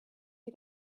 you